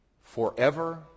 forever